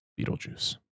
Beetlejuice